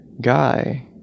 guy